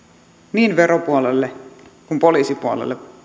niin veropuolelle kuin poliisipuolelle